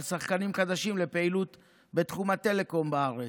שחקנים חדשים לפעילות בתחום הטלקום בארץ,